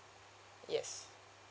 yes